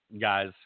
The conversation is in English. guys